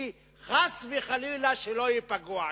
חס וחלילה, שלא ייפגעו העשירים.